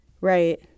right